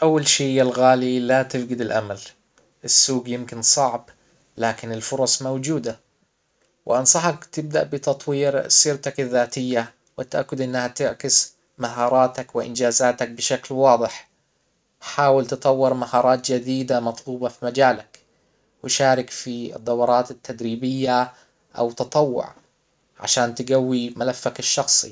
اول شي يا الغالي لا تفجد الامل السوق يمكن صعب لكن الفرص موجودة وانصحك تبدأ بتطوير سيرتك الذاتية والتأكد انها تعكس مهاراتك وانجازاتك بشكل واضح حاول تطور مهارات جديدة مطلوبة في مجالك وشارك في الدورات التدريبية او تطوع عشان تقوي ملفك الشخصي